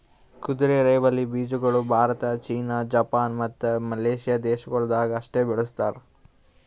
ಕುದುರೆರೈವಲಿ ಬೀಜಗೊಳ್ Bharat, China, Japan, ಮತ್ತ ಮಲೇಷ್ಯಾ ದೇಶಗೊಳ್ದಾಗ್ ಅಷ್ಟೆ ಬೆಳಸ್ತಾರ್